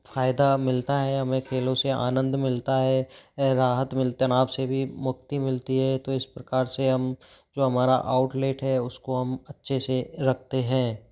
फ़ायदा मिलता है हमें खेलों से आनंद मिलता है राहत मिल तनाव से भी मुक्ति मिलती है तो इस प्रकार से हम जो हमारा आउटलेट है उसको हम अच्छे से रखते हैं